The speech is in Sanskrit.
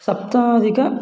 सप्ताधिकः